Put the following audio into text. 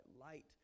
light